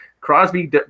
Crosby